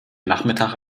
nachmittag